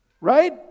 right